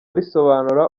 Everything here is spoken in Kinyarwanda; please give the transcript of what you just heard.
risobanura